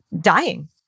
dying